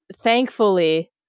thankfully